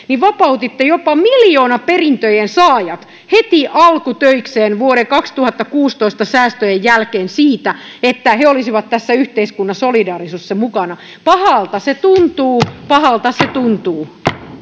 vapautitte jopa miljoonaperintöjen saajat heti alkutöiksenne vuoden kaksituhattakuusitoista säästöjen jälkeen siitä että he olisivat tässä yhteiskunnan solidaarisuudessa mukana pahalta se tuntuu pahalta se tuntuu